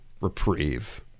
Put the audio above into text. reprieve